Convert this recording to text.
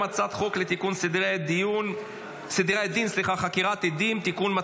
הצעת חוק לתיקון סדרי הדין (חקירת עדים) (תיקון,